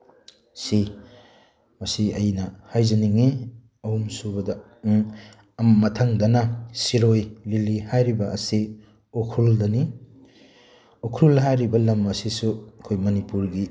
ꯁꯤ ꯃꯁꯤ ꯑꯩꯅ ꯍꯥꯏꯖꯅꯤꯡꯉꯤ ꯑꯍꯨꯝ ꯁꯨꯕꯗ ꯑꯃ ꯃꯊꯪꯗꯅ ꯁꯤꯔꯣꯏ ꯂꯤꯂꯤ ꯍꯥꯏꯔꯤꯕ ꯑꯁꯤ ꯎꯈ꯭ꯔꯨꯜꯗꯅꯤ ꯎꯈ꯭ꯔꯨꯜ ꯍꯥꯏꯔꯤꯕ ꯂꯝ ꯑꯁꯤꯁꯨ ꯑꯩꯈꯣꯏ ꯃꯅꯤꯄꯨꯔꯒꯤ